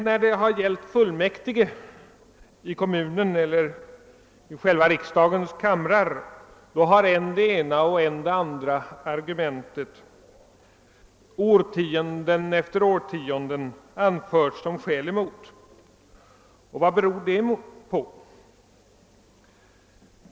När det gällt fullmäktige i kommunen eller riksdagens kamrar har emellertid än det ena, än det andra argumentet årtionde efter årtionde anförts emot en sådan ordning. Vad beror det på?